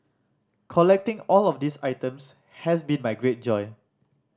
collecting all of these items has been my great joy